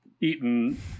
eaten